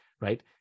Right